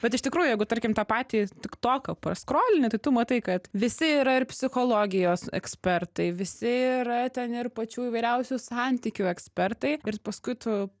bet iš tikrųjų jeigu tarkim tą patį tik toką paskrolini tai tu matai kad visi yra ir psichologijos ekspertai visi yra ten ir pačių įvairiausių santykių ekspertai ir paskui tu